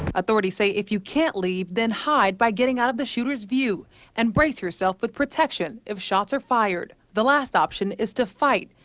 authorities say if you can't leave, hide by getting out of the shooter's view and brace yourself with protection if shots are fired, the last option is to fight,